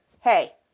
hey